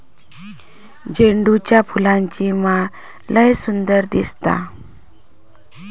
झेंडूच्या फुलांची माळ लय सुंदर दिसता